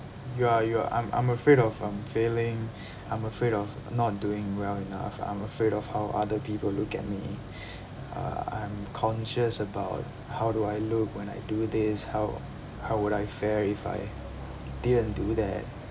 you're you're I'm I'm afraid of um failing I'm afraid of not doing well enough I'm afraid of how other people look at me uh I'm conscious about how do I look when I do this how how would I fare if I didn't do that